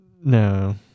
No